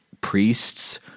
priests